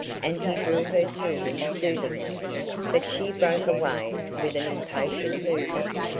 and he drew her to him soothingly but she broke away with an impatient movement.